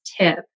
tip